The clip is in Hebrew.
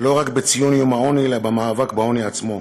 לא רק בציון יום העוני, אלא במאבק בעוני עצמו,